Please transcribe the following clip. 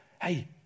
Hey